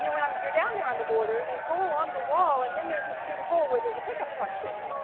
you know, and um you're down there on the border, you go along the wall and then there's this big hole where there's a pickup truck sitting.